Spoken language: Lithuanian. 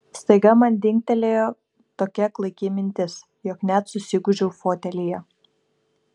staiga man dingtelėjo tokia klaiki mintis jog net susigūžiau fotelyje